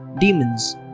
demons